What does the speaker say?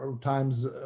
times